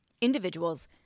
individuals